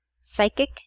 Psychic